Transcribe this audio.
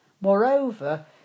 Moreover